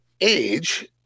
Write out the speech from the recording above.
age